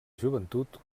joventut